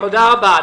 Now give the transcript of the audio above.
תודה רבה.